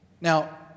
Now